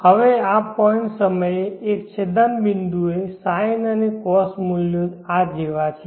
હવે આ પોઇન્ટ ના સમયે એક છેદન બિંદુએ sine અને cos મૂલ્યો આ જેવા છે